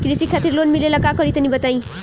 कृषि खातिर लोन मिले ला का करि तनि बताई?